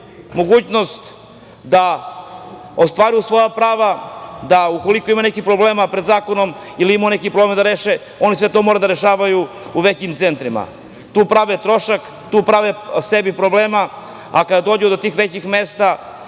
mogućnost da ostvaruju svoja prava i da, ukoliko ima nekih problema pred zakonom ili imaju neki problem da reše, oni sve to moraju da rešavaju u većim centrima. Tu prave trošak, tu prave sebi probleme, a kada dođu do tih većih mesta,